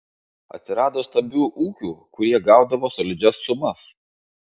atsirado stambių ūkių kurie gaudavo solidžias sumas